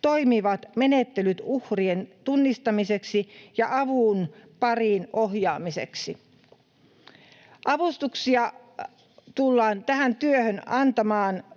toimivat menettelyt uhrien tunnistamiseksi ja avun pariin ohjaamiseksi. Avustuksia tullaan tähän työhön antamaan